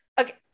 okay